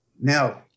Now